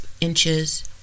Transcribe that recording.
inches